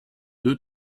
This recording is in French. deux